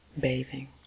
bathing